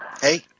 Hey